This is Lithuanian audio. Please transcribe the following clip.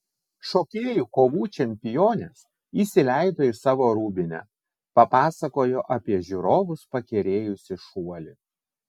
šokėjų kovų čempionės įsileido į savo rūbinę papasakojo apie žiūrovus pakerėjusį šuolį